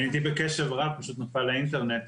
הייתי בקשב רב, פשוט נפל האינטרנט.